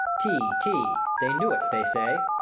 ti, ti. they knew't, they say.